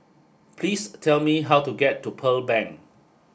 please tell me how to get to Pearl Bank